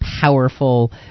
powerful